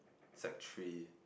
sec three